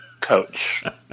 coach